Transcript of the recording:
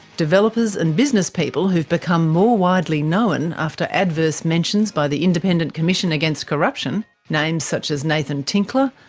developers and businesspeople who've become more widely known after adverse mentions by the independent commission against corruption names such as nathan tinkler,